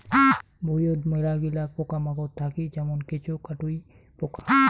ভুঁইয়ত মেলাগিলা পোকামাকড় থাকি যেমন কেঁচো, কাটুই পোকা